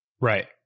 right